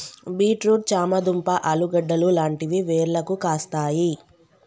beet root చామ దుంప ఆలుగడ్డలు లాంటివి వేర్లకు కాస్తాయి